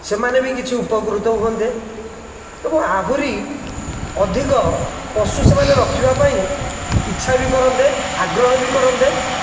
ସେମାନେ ବି କିଛି ଉପକୃତ ହୁଅନ୍ତେ ଏବଂ ଆହୁରି ଅଧିକ ପଶୁ ସେମାନେ ରଖିବା ପାଇଁ ଇଛା ବି କରନ୍ତେ ଆଗ୍ରହ ବି କରନ୍ତେ